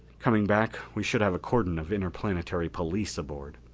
coming back we should have a cordon of interplanetary police aboard.